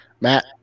Matt